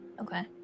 Okay